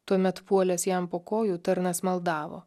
tuomet puolęs jam po kojų tarnas maldavo